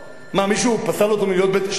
מה, מישהו פסל אותו מלהיות שופט?